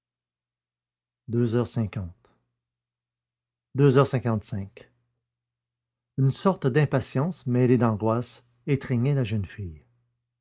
deux heures cinquante deux heures cinquante-cinq une sorte d'impatience mêlée d'angoisse étreignait la jeune fille